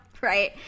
Right